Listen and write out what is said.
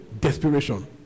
desperation